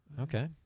Okay